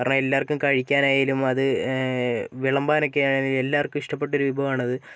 കാരണം എല്ലാവർക്കും കഴിക്കാനായാലും അത് വിളമ്പാനൊക്കെ ആണേലും എല്ലാവർക്കും ഇഷ്ടപെട്ട ഒരു വിഭവമാണത്